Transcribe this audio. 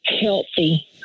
healthy